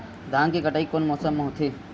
धान के कटाई कोन मौसम मा होथे?